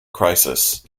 crisis